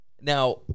now